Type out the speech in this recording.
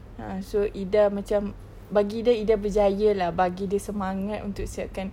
a'ah so ida macam bagi dia ida berjaya lah bagi dia semangat untuk siapkan